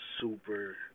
super